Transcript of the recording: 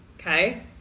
okay